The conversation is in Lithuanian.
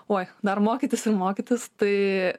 oi dar mokytis ir mokytis tai